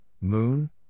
Moon